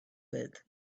with